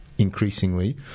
increasingly